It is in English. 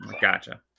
Gotcha